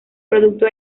producto